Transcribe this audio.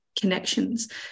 connections